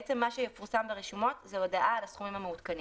מה שיפורסם ברשומות זה הודעה על הסכומים המעודכנים,